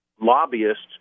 lobbyists